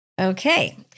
Okay